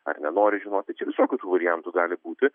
ar nenori žinoti čia visokių tų variantų gali būti